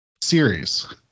series